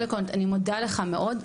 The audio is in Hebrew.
קודם כל אני מודה לך מאוד,